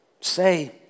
say